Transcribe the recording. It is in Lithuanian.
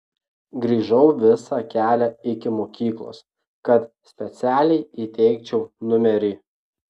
grįžau visą kelią iki mokyklos kad specialiai įteikčiau numerį